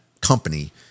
company